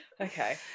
Okay